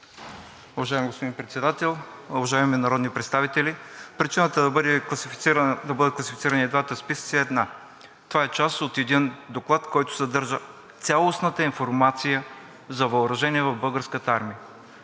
Уважаеми господин Председател, уважаеми народни представители! Причината да бъдат класифицирани и двата списъка е една: това е част от един доклад, който съдържа цялостната информация за въоръжение в Българската армия